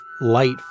light